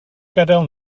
gadael